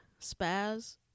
Spaz